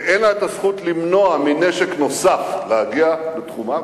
ואין לה הזכות למנוע שנשק נוסף יגיע לתחומה,